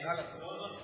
לא נכון.